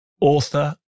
author